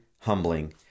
humbling